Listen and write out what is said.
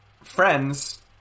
Friends